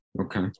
Okay